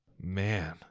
Man